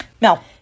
Mel